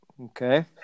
Okay